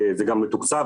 זה גם מתוקצב,